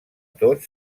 tot